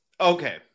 Okay